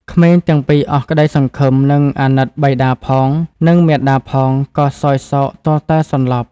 ក្មេងទាំងពីរអស់ក្តីសង្ឃឹម និងអាណិតបិតាផង និងមាតាផងក៏សោយសោកទាល់តែសន្លប់។